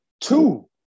two